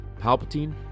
Palpatine